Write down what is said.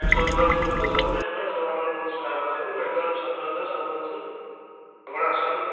ନା ସବୁପ୍ରକାର ସୁବିଧା ସବୁ ଟ୍ରିଟମେଣ୍ଟ ସବୁ ଆମର ବହୁତ ଷ୍ଟାପ୍ ଅଛନ୍ତି ମେଡ଼ିକାଲ୍ ସଫାସୁତର ସବୁ ଅଛି ଆପଣ ଆସନ୍ତୁ